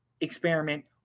experiment